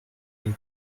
make